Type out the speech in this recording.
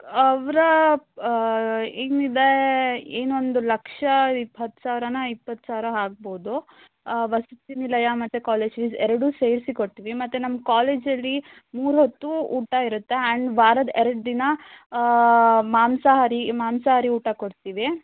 ಅವರ ಏನಿದೆ ಏನೊಂದು ಲಕ್ಷ ಇಪ್ ಹತ್ತು ಸಾವಿರನ ಇಪ್ಪತ್ತು ಸಾವಿರ ಆಗ್ಬೌದು ವಸತಿ ನಿಲಯ ಮತ್ತು ಕಾಲೇಜ್ ಫೀಸ್ ಎರಡು ಸೇರಿಸಿ ಕೊಟ್ಟಿವಿ ಮತ್ತು ನಮ್ಮ ಕಾಲೇಜಲ್ಲಿ ಮೂರು ಹೊತ್ತು ಊಟ ಇರುತ್ತೆ ಆ್ಯಂಡ್ ವಾರದ ಎರ್ಡು ದಿನ ಮಾಂಸಹಾರಿ ಮಾಂಸಹಾರಿ ಊಟ ಕೊಡ್ತೀವಿ